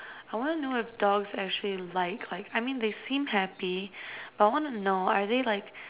I want to know if dogs actually like like I mean they seem happy but I want to know are they like